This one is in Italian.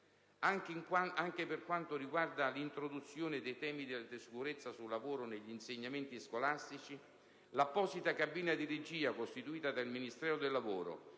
Anche per quanto riguarda l'introduzione dei temi della sicurezza sul lavoro negli insegnamenti scolastici, l'apposita cabina di regia, costituita dal Ministero del lavoro,